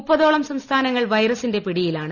മുപ്പതോളം സംസ്ഥാനങ്ങൾ വൈറസിന്റെ പിടിയിലാണ്